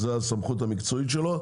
זה הסמכות המקצועית שלו,